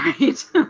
right